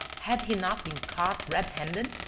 had he not been caught red-handed?